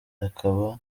akaba